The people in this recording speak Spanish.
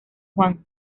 juan